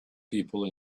people